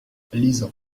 lisant